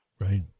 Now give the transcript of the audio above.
Right